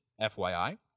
FYI